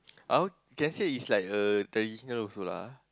uh can say is like a traditional also lah ah